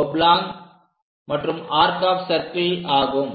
oblong மற்றும் arc of circle ஆகும்